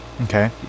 okay